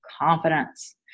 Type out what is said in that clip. confidence